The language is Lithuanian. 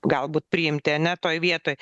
galbūt priimti ane toj vietoj